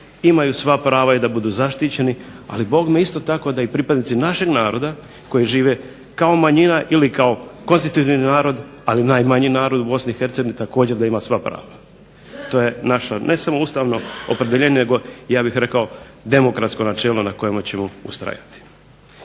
imaju sva prava i da budu zaštićeni, ali bogme isto tako da i pripadnici našeg naroda koji žive kao manjina ili kao konstitutivni narod, ali najmanji narod u Bosni i Hercegovini također da ima sva prava. To je naše ne samo ustavno opredjeljenje nego ja bih rekao demokratsko načelo na kojemu ćemo ustrajati.